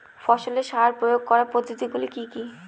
ফসলে সার প্রয়োগ করার পদ্ধতি গুলি কি কী?